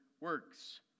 works